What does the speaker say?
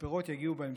הפירות יגיעו בהמשך.